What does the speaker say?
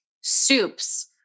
soups